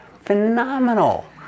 Phenomenal